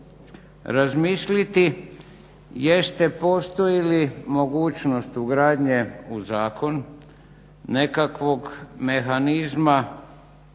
razmisliti jeste postoji li mogućnost ugradnje u zakon nekakvog mehanizma